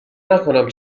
نکنم